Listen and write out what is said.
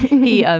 me, um